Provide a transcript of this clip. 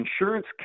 insurance